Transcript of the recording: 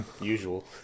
usual